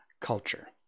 culture